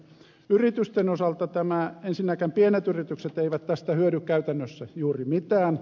yritysten osalta ensinnäkään pienet yritykset eivät tästä hyödy käytännössä juuri mitään